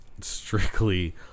strictly